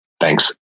Thanks